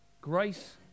Grace